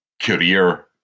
career